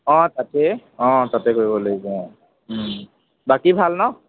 অ তাতেই অ তাতে কৰিব লাগিব অ বাকী ভাল ন'